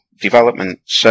development